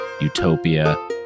utopia